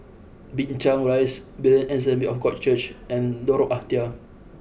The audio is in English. Binchang Rise Berean Assembly of God Church and Lorong Ah Thia